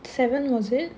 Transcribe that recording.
seven was it